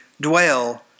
dwell